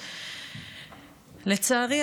לצערי,